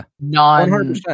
non